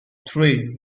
three